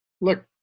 look